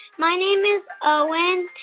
my name is owen.